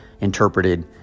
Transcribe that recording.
interpreted